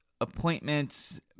appointments